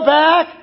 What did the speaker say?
back